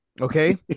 okay